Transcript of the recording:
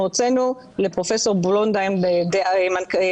אנחנו הוצאנו לפרופ' ברונדהיים מנכ"לית